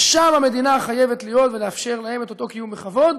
ושם המדינה חייבת להיות ולאפשר להם את אותו קיום בכבוד,